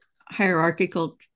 hierarchical